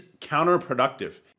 counterproductive